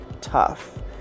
tough